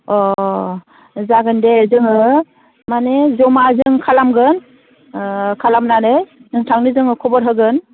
अ जागोन दे जोङो माने जमा जों खालामगोन खालामनानै नोंथांनो जोङो खबर होगोन